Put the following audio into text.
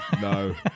No